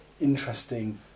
interesting